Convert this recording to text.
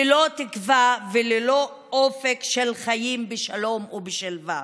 ללא תקווה וללא אופק של חיים בשלום ובשלווה.